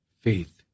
faith